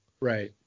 Right